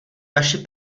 vaši